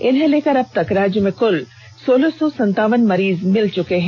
इन्हें लेकर अब तक राज्य में कुल सोलह सौ संतावन मरीज मिल चुके हैं